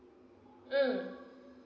mm